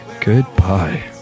Goodbye